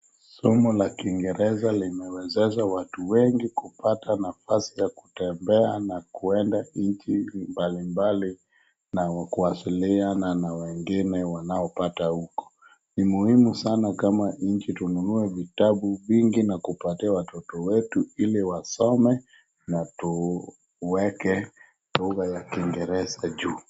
Somo la kiingereza limewezesha watu wengi kupata nafasi ya kutembea na kuenda nchi mbalimbali na kuwasiliana na wengine wanaopata huko. Ni muhimu sana kama nchi tununue vitabu vingi na kupatia watoto wetu ili wasome na tuweke lugha ya kiingereza juu.